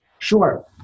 Sure